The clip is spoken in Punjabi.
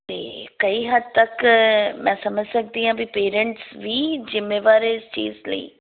ਅਤੇ ਕਈ ਹੱਦ ਤੱਕ ਮੈਂ ਸਮਝ ਸਕਦੀ ਹਾਂ ਵੀ ਪੇਰੈਂਟਸ ਵੀ ਜ਼ਿੰਮੇਵਾਰ ਇਸ ਚੀਜ਼ ਲਈ